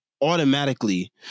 automatically